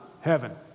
heaven